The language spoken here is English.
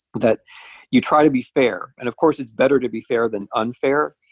that you try to be fair. and of course it's better to be fair than unfair,